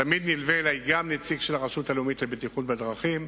ותמיד נלווה אלי גם נציג של הרשות הלאומית לבטיחות בדרכים.